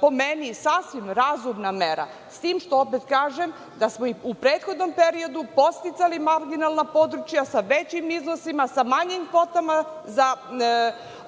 po meni, sasvim razumna mera, s tim što ovde kažem, da smo i u prethodnom periodu podsticali marginalna područja sa većinom iznosima, sa manjim kvotama za